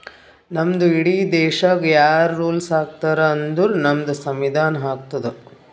ನಮ್ದು ಇಡೀ ದೇಶಾಗ್ ಯಾರ್ ರುಲ್ಸ್ ಹಾಕತಾರ್ ಅಂದುರ್ ನಮ್ದು ಸಂವಿಧಾನ ಹಾಕ್ತುದ್